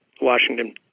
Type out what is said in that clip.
Washington